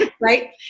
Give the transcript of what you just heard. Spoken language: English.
right